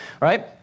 right